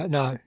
no